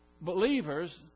believers